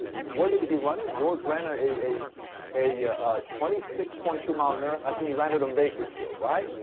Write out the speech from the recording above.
where did he run it? george ran ah a a yeah twenty six point two mile marathon, i think he ran it in bakersfield, right?